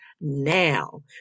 Now